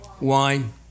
Wine